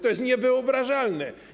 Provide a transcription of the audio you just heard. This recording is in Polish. To jest niewyobrażalne.